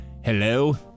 Hello